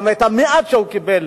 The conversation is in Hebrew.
גם מהמעט שהוא קיבל